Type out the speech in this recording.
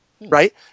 right